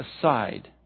aside